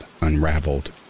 unraveled